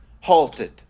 halted